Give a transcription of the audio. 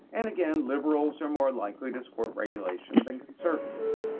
and again, liberals are more likely to support regulation than conservatives.